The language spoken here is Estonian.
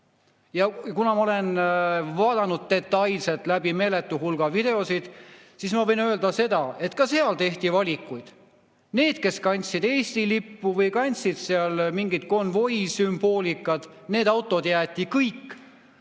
Ja kuna ma olen vaadanud detailselt läbi meeletu hulga videosid, siis ma võin öelda seda, et ka seal tehti valikuid. Need autod, kes kandsid Eesti lippu või mingit konvoi sümboolikat, jäeti kõik